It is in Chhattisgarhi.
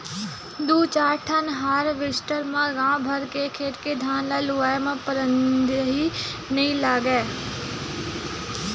दू चार ठन हारवेस्टर म गाँव भर के खेत के धान ल लुवाए म पंदरही नइ लागय